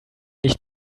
nicht